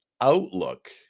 outlook